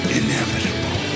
inevitable